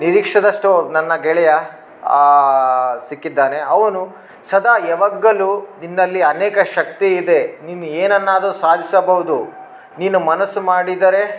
ನಿರೀಕ್ಷಿಸಿದಷ್ಟು ನನ್ನ ಗೆಳೆಯ ಸಿಕ್ಕಿದ್ದಾನೆ ಅವನು ಸದಾ ಯಾವಾಗಲು ನಿನ್ನಲ್ಲಿ ಅನೇಕ ಶಕ್ತಿ ಇದೆ ನೀನು ಏನ್ನನಾದರೂ ಸಾಧಿಸಬೌದು ನೀನು ಮನಸ್ಸು ಮಾಡಿದರೆ